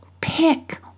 pick